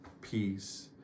peace